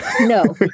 No